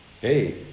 Hey